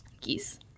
Geese